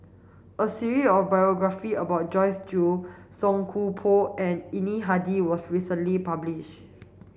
a series of biographies about Joyce Jue Song Koon Poh and Yuni Hadi was recently published